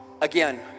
Again